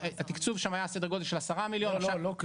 התקצוב שם היה סדר גודל של 10 מיליון שקל --- לא,